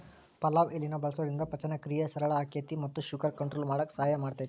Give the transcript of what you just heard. ಪಲಾವ್ ಎಲಿನ ಬಳಸೋದ್ರಿಂದ ಪಚನಕ್ರಿಯೆ ಸರಳ ಆಕ್ಕೆತಿ ಮತ್ತ ಶುಗರ್ ಕಂಟ್ರೋಲ್ ಮಾಡಕ್ ಸಹಾಯ ಮಾಡ್ತೆತಿ